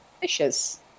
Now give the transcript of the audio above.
fishes